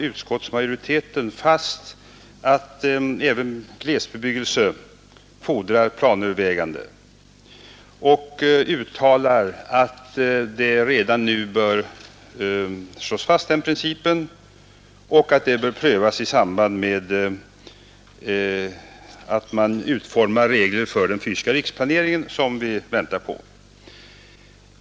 Utskottsmajoriteten anser att all glesbebyggelse fordrar planöverväganden och uttalar att den principen redan nu bör slås fast samt att den bör prövas i samband med att man utformar regler för den fysiska riksplanering som vi väntar på.